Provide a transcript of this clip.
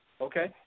Okay